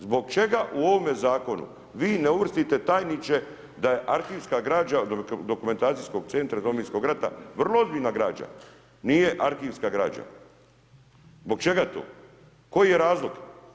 Zbog čega u ovome zakonu vi ne uvrstite tajniče da je arhivska građa Dokumentacijskog centra iz Domovinskog rata vrlo ozbiljna građa nije arhivska građa, zbog čega to, koji je razlog?